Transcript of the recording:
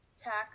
tax